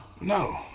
No